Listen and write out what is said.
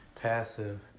passive